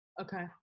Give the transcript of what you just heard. Okay